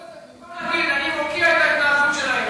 במקום להגיד: אני מוקיע את ההתנהגות שלהם,